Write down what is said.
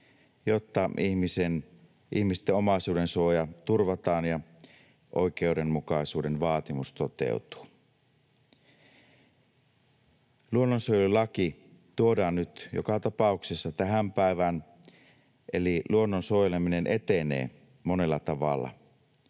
jotta ihmisten omaisuudensuoja turvataan ja oikeudenmukaisuuden vaatimus toteutuu. Luonnonsuojelulaki tuodaan nyt joka tapauksessa tähän päivään, eli luonnon suojeleminen etenee monella tavalla.